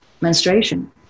menstruation